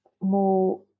more